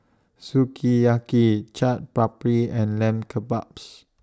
Sukiyaki Chaat Papri and Lamb Kebabs